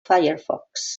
firefox